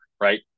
Right